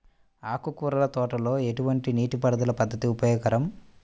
ఆకుకూరల తోటలలో ఎటువంటి నీటిపారుదల పద్దతి ఉపయోగకరం?